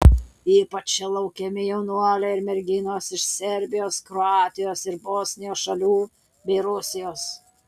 ypač čia laukiami jaunuoliai ir merginos iš serbijos kroatijos ir bosnijos šalių bei rusijos